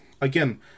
again